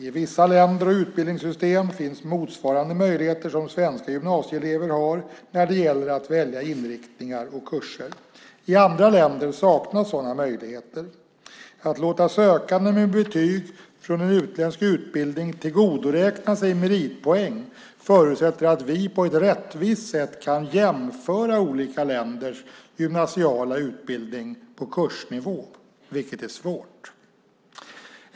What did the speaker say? I vissa länder och utbildningssystem finns motsvarande möjligheter som svenska gymnasieelever har när det gäller att välja inriktningar och kurser. I andra länder saknas sådana möjligheter. Att låta sökande med betyg från utländsk utbildning tillgodoräkna sig meritpoäng förutsätter att vi på ett rättvist sätt kan jämföra olika länders gymnasiala utbildning på kursnivå, vilket är svårt.